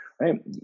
right